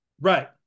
Right